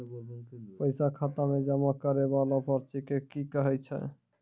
पैसा खाता मे जमा करैय वाला पर्ची के की कहेय छै?